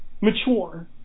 mature